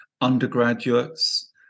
undergraduates